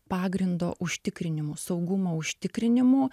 pagrindo užtikrinimu saugumo užtikrinimu